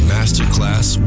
Masterclass